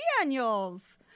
Daniels